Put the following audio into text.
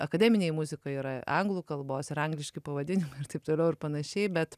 akademinėj muzikoj yra anglų kalbos ir angliški pavadinimai ir taip toliau ir panašiai bet